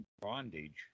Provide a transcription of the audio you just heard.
bondage